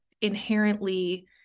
inherently